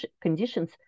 conditions